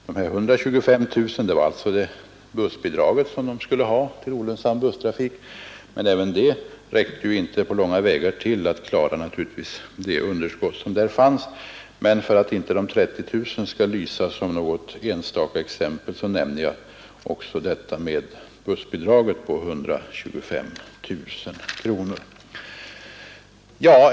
De här 125 000 kronorna var alltså det bussbidrag Gotland skulle ha till olönsam busstrafik, men inte heller det räckte naturligtvis på långa vägar till för att klara det underskott som där fanns. Men för att inte de 30 000 kronorna skall lysa som något enstaka exempel nämner jag också detta med bussbidraget på 125 000 kronor.